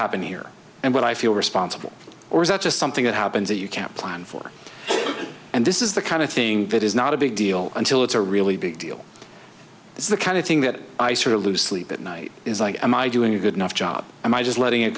happen here and what i feel responsible or is that just something that happens you can't plan for and this is the kind of thing that is not a big deal until it's a really big deal it's the kind of thing that i sort of lose sleep at night is like am i doing a good enough job and i just letting it